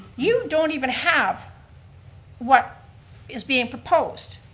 you don't even have what is being proposed.